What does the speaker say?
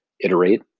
iterate